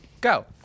go